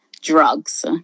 drugs